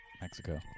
Mexico